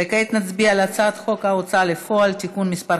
וכעת נצביע על הצעת חוק ההוצאה לפועל (תיקון מס'